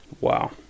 Wow